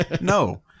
No